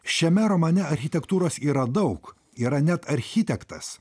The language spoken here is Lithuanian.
šiame romane architektūros yra daug yra net architektas